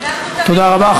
תודה רבה.